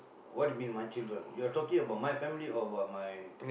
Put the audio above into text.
what do you mean my children you're talking about my family or about my